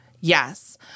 Yes